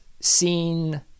seen